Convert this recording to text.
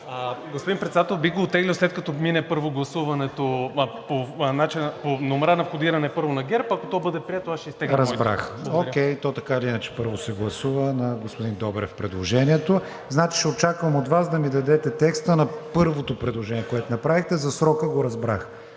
Господин Председател, бих го оттеглил, след като мине първо гласуването по номера на входиране – първо на ГЕРБ. Ако то бъде прието, ще изтегля моите. ПРЕДСЕДАТЕЛ КРИСТИАН ВИГЕНИН: Разбрах. То така или иначе първо се гласува на господин Добрев предложението. Значи ще очаквам от Вас да ми дадете текста на първото предложение, което направихте. За срока го разбрах.